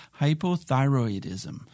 hypothyroidism